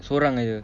seorang jer